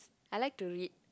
I like to read